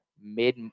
mid